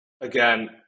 again